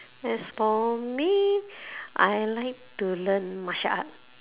as for me I like to learn martial art